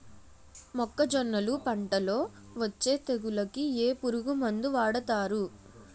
మొక్కజొన్నలు పంట లొ వచ్చే తెగులకి ఏ పురుగు మందు వాడతారు?